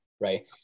right